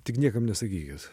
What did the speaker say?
tik niekam nesakykit